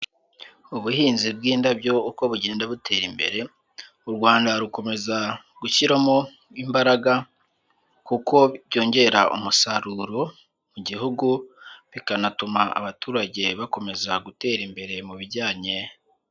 Ubuhinzi bw'indabyo uko bugenda butera imbere, u Rwanda rukomeza gushyiramo imbaraga kuko byongera umusaruro mu gihugu, bikanatuma abaturage bakomeza gutera imbere mu bijyanye.